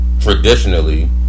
Traditionally